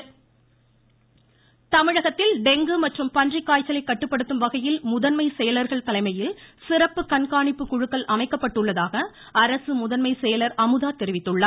dengue தமிழகத்தில் dengue மற்றும் பன்றிக்காய்ச்சலை கட்டுப்படுத்தும் வகையில் முதன்மை செயல்கள் தலைமையில் சிறப்பு கண்காணிப்பு குழுக்கள் அமைக்கப்பட்டுள்ளதாக அரசு முதன்மை செயலர் அமுதா தெரிவித்துள்ளார்